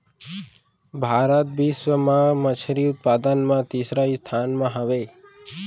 भारत बिश्व मा मच्छरी उत्पादन मा तीसरा स्थान मा हवे